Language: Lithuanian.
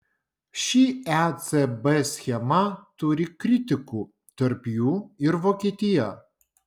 ši ecb schema turi kritikų tarp jų ir vokietija